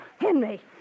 Henry